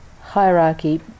hierarchy